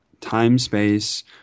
time-space